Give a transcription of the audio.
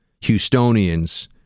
Houstonians